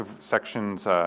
Sections